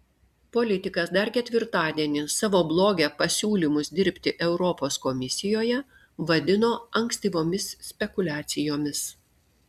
politikas dar ketvirtadienį savo bloge pasiūlymus dirbti europos komisijoje vadino ankstyvomis spekuliacijomis